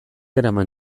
eraman